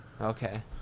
Okay